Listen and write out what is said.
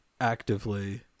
actively